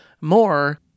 more